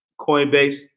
coinbase